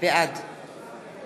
בעד